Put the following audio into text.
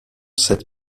cette